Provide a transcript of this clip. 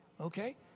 okay